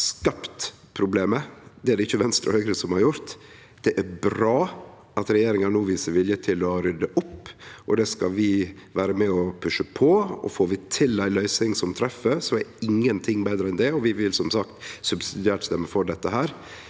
Det er det ikkje Venstre og Høgre som har gjort. Det er bra at regjeringa no viser vilje til å rydde opp, og det skal vi vere med og pushe på. Om vi får til ei løysing som treffer, er ingenting betre enn det, og vi vil, som sagt, subsidiært stemme for det. Men